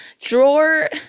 drawer